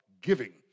giving